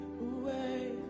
away